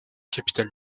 capitale